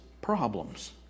problems